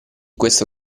questo